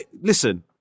Listen